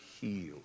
healed